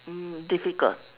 um difficult